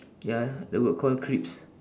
ya the word called crisps